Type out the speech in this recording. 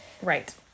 Right